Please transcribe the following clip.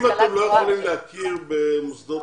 יכולים להכיר במוסדות